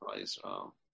Israel